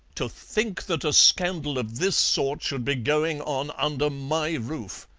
to think that a scandal of this sort should be going on under my roof!